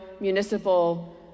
municipal